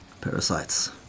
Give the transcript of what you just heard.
Parasites